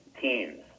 teams